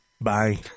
Bye